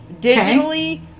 Digitally